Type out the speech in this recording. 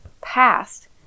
past